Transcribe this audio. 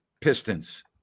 Pistons